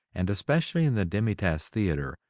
and especially in the demi-tasse theatre,